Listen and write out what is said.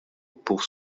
pour